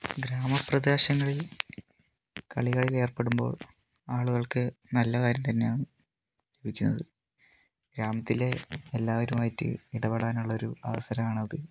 ഗ്രാമപ്രദേശങ്ങളിൽ കളികളിൽ ഏർപ്പെടുമ്പോൾ ആളുകൾക്ക് നല്ല കാര്യം തന്നെയാണ് ലഭിക്കുന്നത് ഗ്രാമത്തിലെ എല്ലാവരും ആയിട്ട് ഇടപെടാൻ ഉള്ള ഒരു അവസരമാണ് അത്